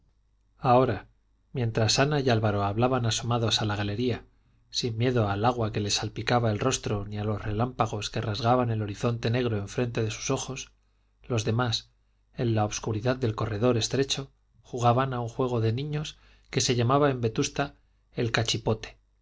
ahora mientras ana y álvaro hablaban asomados a la galería sin miedo al agua que les salpicaba el rostro ni a los relámpagos que rasgaban el horizonte negro enfrente de sus ojos los demás en la obscuridad del corredor estrecho jugaban a un juego de niños que se llamaba en vetusta el cachipote